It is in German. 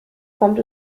kommt